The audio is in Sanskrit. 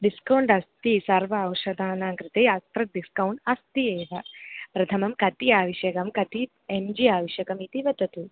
डिस्कौण्ट् अस्ति सर्वे औषधानां कृते अत्र डिस्कौण्ट् अस्ति एव प्रथमं कति आवश्यकं कति एम् जी आवश्यकम् इति वदतु